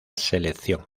selección